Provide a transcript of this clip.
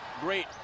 great